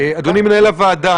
אדוני מנהל הוועדה,